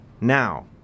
Now